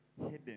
hidden